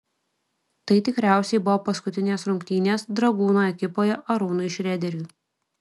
tai tikriausiai buvo paskutinės rungtynės dragūno ekipoje arūnui šrederiui